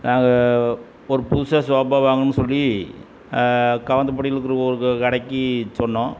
நாங்கள் ஒரு புதுசாக சோபா வாங்கணும்னு சொல்லி கவுந்தம்பாடியில இருக்கிற ஒரு கடைக்கு சொன்னோம்